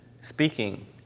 speaking